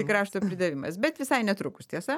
tik rašto pridavimas bet visai netrukus tiesa